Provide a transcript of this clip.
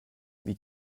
wie